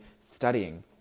studying